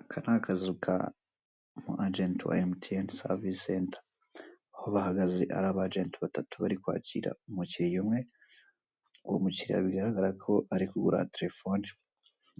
Aka ni akazu k'umwajenti wa mtn savise seta, aho bahagaze ari abajeti batatu bari kwakira umukiriya umwe. Uwo mukiriya bigaragare ko ari kugura terefone